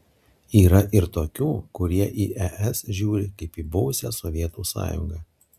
yra ir tokių kurie į es žiūri kaip į buvusią sovietų sąjungą